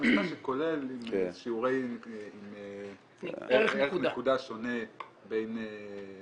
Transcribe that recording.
עשינו מבחן תמיכה כולל עם ערך נקודה שונה בין תלמידי